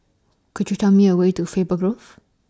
Could YOU Tell Me A Way to Faber Grove